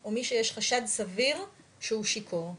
או מי שיש חשד סביר שהוא שיכור.